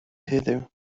heddiw